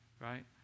right